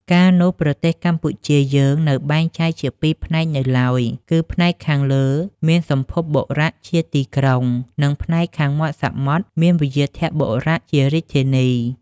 កាលនោះ ប្រទេសកម្ពុជាយើងនៅបែងចែកជាពីរផ្នែកនៅឡើយ គឺផ្នែកខាងលើមានសម្ភុបុរៈជាទីក្រុង និងផ្នែកខាងមាត់សមុទ្រមានវ្យាធបុរៈជារាជធានី។